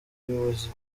abayobozi